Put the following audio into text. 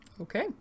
Okay